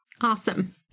Awesome